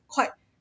quite